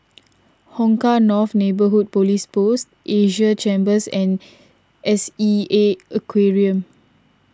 Hong Kah North Neighbourhood Police Post Asia Chambers and S E A Aquarium